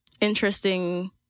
interesting